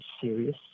serious